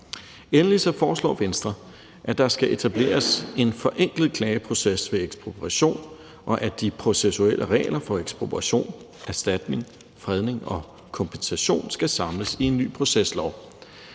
Endelig foreslår Venstre, at der skal etableres en forenklet klageproces ved ekspropriation, og at de processuelle regler for ekspropriation, erstatning, fredning og kompensation skal samles i en ny proceslov.